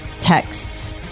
texts